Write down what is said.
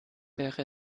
wäre